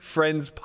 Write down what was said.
Friends